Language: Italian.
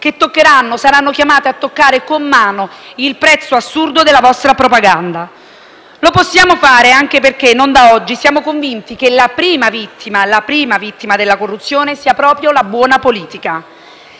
che saranno chiamate a toccare con mano il prezzo assurdo della vostra propaganda. Lo possiamo fare anche perché, non da oggi, siamo convinti che la prima vittima della corruzione sia proprio la buona politica.